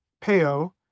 Peo